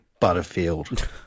Butterfield